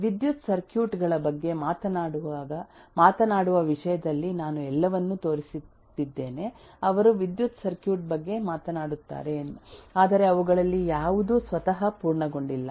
ವಿದ್ಯುತ್ ಸರ್ಕ್ಯೂಟ್ ಗಳ ಬಗ್ಗೆ ಮಾತನಾಡುವ ವಿಷಯದಲ್ಲಿ ನಾನು ಎಲ್ಲವನ್ನೂ ತೋರಿಸುತ್ತಿದ್ದೇನೆ ಅವರು ವಿದ್ಯುತ್ ಸರ್ಕ್ಯೂಟ್ ಬಗ್ಗೆ ಮಾತನಾಡುತ್ತಾರೆ ಆದರೆ ಅವುಗಳಲ್ಲಿ ಯಾವುದೂ ಸ್ವತಃ ಪೂರ್ಣಗೊಂಡಿಲ್ಲ